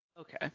Okay